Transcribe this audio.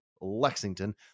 Lexington